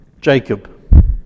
Jacob